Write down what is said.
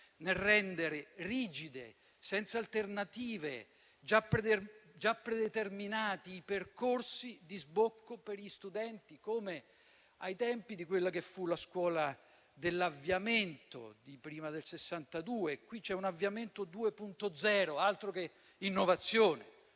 nel rendere rigidi, senza alternative e già predeterminati i percorsi di sbocco per gli studenti, come ai tempi di quella che fu la scuola dell'avviamento prima del 1962. Qui c'è un "avviamento 2.0", altro che innovazione.